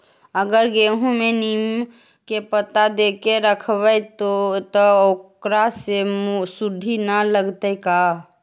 अगर गेहूं में नीम के पता देके यखबै त ओकरा में सुढि न लगतै का?